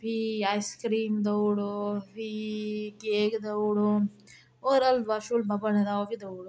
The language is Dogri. फ्ही आइसक्रीम देउड़ो फ्ही केक देउड़ो होर हलवा छुलवा बने दा ओह बी देउड़ो